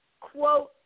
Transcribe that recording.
quote